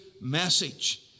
message